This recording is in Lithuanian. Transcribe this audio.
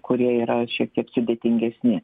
kurie yra šiek tiek sudėtingesni